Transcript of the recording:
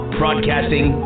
broadcasting